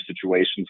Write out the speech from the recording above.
situations